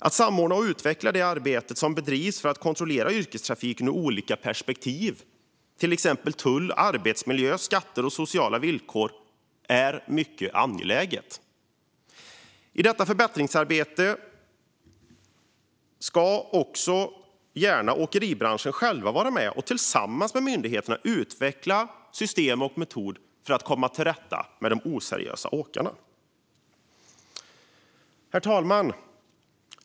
Att samordna och utveckla det arbete som bedrivs för att kontrollera yrkestrafiken ur olika perspektiv - det kan till exempel gälla tull, arbetsmiljö, skatter och sociala villkor - är mycket angeläget. I detta förbättringsarbete kan gärna åkeribranschen själv vara med och tillsammans med myndigheterna utveckla ett system och en metod för att komma till rätta med de oseriösa åkarna. Herr talman!